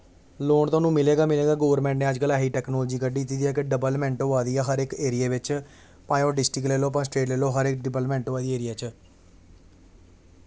loan थाह्नूं मिलेगा ई मिलेगा गौरमेंट ने अज्ज कल ऐसी टेक्नोलॉजी कड्ढी दित्ता दी ऐ डवेलपमेंट होआ दी ऐ हर इक एरिये बिच भाएं ओह् डिस्ट्रिक्ट लेई लैओ भाएं स्टेट लेई लैओ हर इक डवेलपमेंट होआ दी ऐ हर इक एरिये बिच